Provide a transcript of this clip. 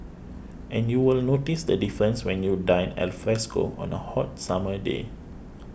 and you will notice the difference when you dine alfresco on a hot summer day